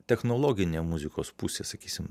technologinė muzikos pusė sakysim